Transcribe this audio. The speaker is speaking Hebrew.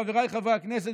חבריי חברי הכנסת,